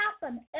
happen